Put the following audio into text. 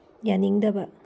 ꯌꯥꯅꯤꯡꯗꯕ